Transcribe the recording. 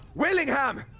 willingham!